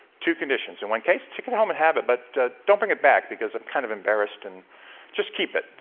two conditions in one case, take it home and have it, but don't bring it back because i'm kind of embarrassed and just keep it,